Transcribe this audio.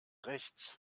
rechts